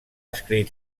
escrit